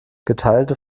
geteilte